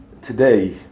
Today